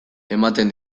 ematen